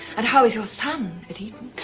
and how is your son at eton?